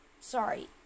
sorry